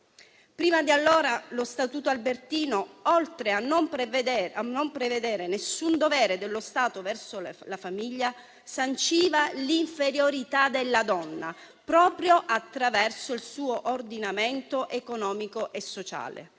Prima di allora lo Statuto albertino, oltre a non prevedere alcun dovere dello Stato verso la famiglia, sanciva l'inferiorità della donna proprio attraverso il suo ordinamento economico e sociale.